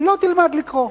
לא תלמד לקרוא,